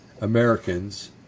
Americans